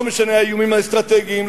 לא משנה האיומים האסטרטגיים,